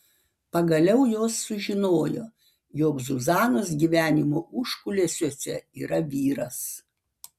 pagaliau jos sužinojo jog zuzanos gyvenimo užkulisiuose yra vyras